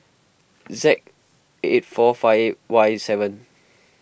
Z eight four five Y seven